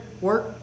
work